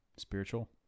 spiritual